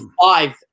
five